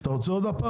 אתה רוצה שוב?